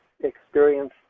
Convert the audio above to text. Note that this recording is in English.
experience